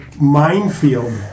minefield